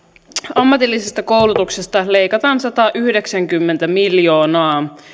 ammatillisesta koulutuksesta leikataan satayhdeksänkymmentä miljoonaa